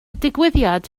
digwyddiad